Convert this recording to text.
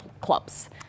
clubs